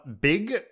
Big